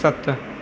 सत